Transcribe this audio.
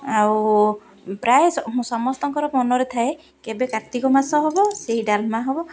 ଆଉ ପ୍ରାୟ ସମସ୍ତଙ୍କର ମନରେ ଥାଏ କେବେ କାର୍ତ୍ତିକ ମାସ ହବ ସେଇ ଡାଲମା ହବ